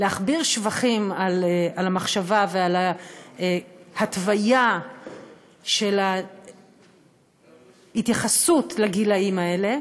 להכביר שבחים על המחשבה ועל ההתוויה של ההתייחסות לגילים האלה,